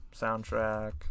soundtrack